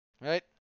Right